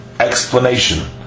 Explanation